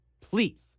Please